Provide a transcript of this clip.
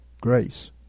Grace